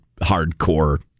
hardcore